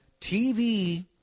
TV